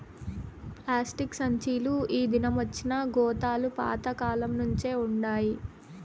plastic సంచీలు ఈ దినమొచ్చినా గోతాలు పాత కాలంనుంచే వుండాయి